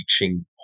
reaching